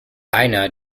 einer